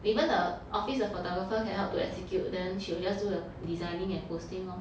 even the office 的 photographer can help to execute then she will just do the designing and posting lor